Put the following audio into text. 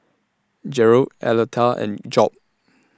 Gearld Aleta and Job